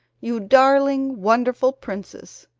you darling, wonderful princess.